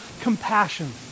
compassion